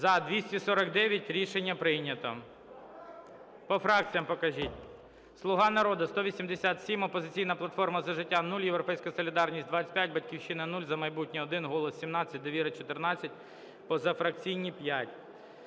За-249 Рішення прийнято. По фракціях покажіть. "Слуга народу" – 187, "Опозиційна платформа – За життя" – 0, "Європейська солідарність" – 25, "Батьківщина" – 0, "За майбутнє" – 1, "Голос" – 17, "Довіра" – 14, позафракційні –